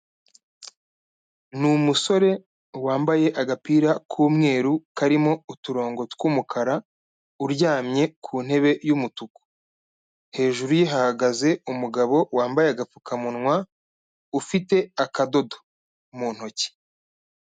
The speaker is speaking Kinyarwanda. Ni umusore wambaye agapira k'umweru karimo uturongo tw'umukara, uryamye ku ntebe y'umutuku. Hejuru ye hahagaze umugabo wambaye agapfukamunwa, ufite akadodo mu ntoki.